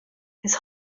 his